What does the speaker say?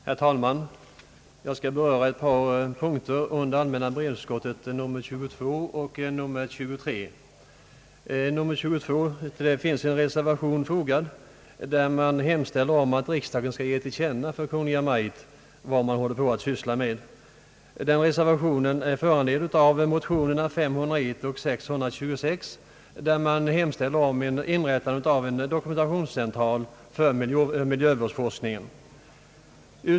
Herr talman! Jag skall säga några ord i anknytning till allmänna beredningsutskottets utlåtanden nr 22 och 23. reservation, där det hemställes att riksdagen skall ge till känna för Kungl. Maj:t vad man håller på att syssla med. Den reservationen är föranledd av motionerna 1I:501 och II: 626, där det hemställes om inrättande av en dokumentationscentral för miljövårdsforskningen.